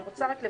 אני רוצה לוודא,